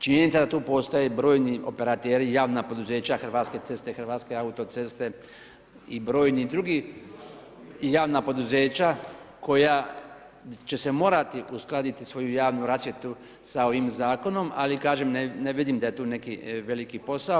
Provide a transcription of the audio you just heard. Činjenica je da tu postoje brojni operateri i javna poduzeća, Hrvatske ceste, Hrvatske autoceste i brojni drugi i javna poduzeća koja će se morati uskladiti svoju javnu rasvjetu sa ovim zakonom ali kažem ne vidim da je tu neki veliki posao.